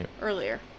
earlier